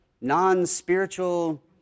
non-spiritual